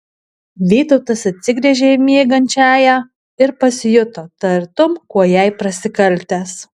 vytautas atsigręžė į miegančiąją ir pasijuto tartum kuo jai prasikaltęs